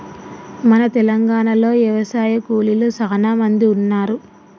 మన తెలంగాణలో యవశాయ కూలీలు సానా మంది ఉన్నారు